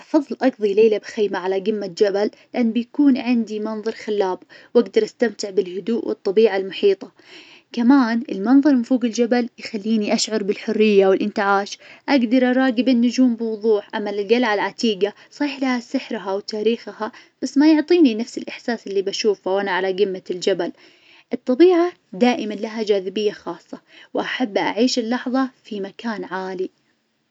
أفظل أقظي ليلة بخيمة على قمة جبل لأن بيكون عندي منظر خلاب، وأقدر استمتع بالهدوء والطبيعة المحيطة. كمان المنظر من فوق الجبل يخليني أشعر بالحرية والإنتعاش، أقدر أراقب النجوم بوضوح. أما القلعة العتيقة صحيح لها سحرها وتاريخها بس ما يعطيني نفس الاحساس اللي بشوفه وأنا على قمة الجبل. الطبيعة دائما لها جاذبية خاصة، وأحب أعيش اللحظة في مكان عالي.